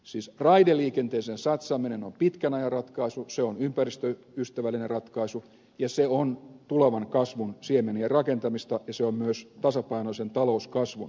siis raideliikenteeseen satsaaminen on pitkän ajan ratkaisu se on ympäristöystävällinen ratkaisu ja se on tulevan kasvun siemenien rakentamista ja se on myös tasapainoisen talouskasvun toteuttamista